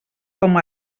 com